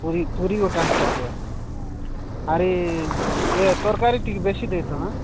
ପୁରୀ ଗୋଟେ ଆଠଟା ଦିଅ ଆହୁରି ଇଏ ତରକାରୀ ଟିକେ ବେଶି ଦେଇଥାଅ ହଁ